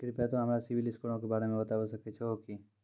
कृपया तोंय हमरा सिविल स्कोरो के बारे मे बताबै सकै छहो कि?